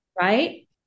right